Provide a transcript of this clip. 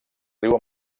riu